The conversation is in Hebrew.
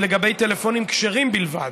ולגבי טלפונים כשרים בלבד,